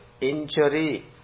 injury